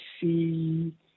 see